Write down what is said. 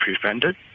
prevented